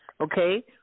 Okay